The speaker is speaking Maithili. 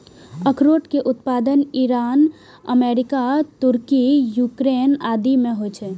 अखरोट के उत्पादन ईरान, अमेरिका, तुर्की, यूक्रेन आदि मे होइ छै